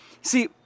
See